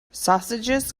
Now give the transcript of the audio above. sausages